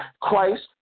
Christ